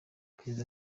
perezida